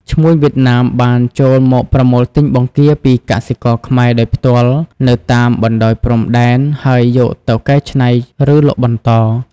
ឈ្មួញវៀតណាមបានចូលមកប្រមូលទិញបង្គាពីកសិករខ្មែរដោយផ្ទាល់នៅតាមបណ្តោយព្រំដែន ហើយយកទៅកែច្នៃ ឬលក់បន្ត។